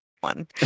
one